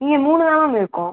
இங்கே மூணு தான் மேம் இருக்கோம்